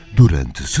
durante